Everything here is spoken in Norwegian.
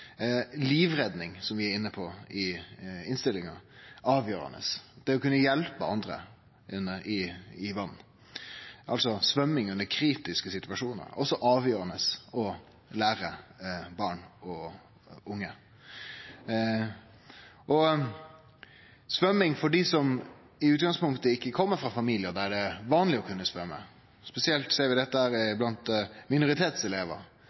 Livredning, som vi er inne på i innstillinga, er avgjerande, og det å kunne hjelpe andre i vatn – altså svømming i kritiske situasjonar – er det også avgjerande å lære barn og unge. Når det gjeld svømming for dei som kjem frå familiar der det ikkje er vanleg å kunne svømme – vi ser det spesielt hos minoritetselevar